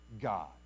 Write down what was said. God